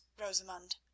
Rosamund